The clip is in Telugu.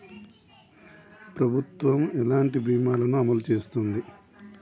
ప్రభుత్వం ఎలాంటి బీమా ల ను అమలు చేస్తుంది?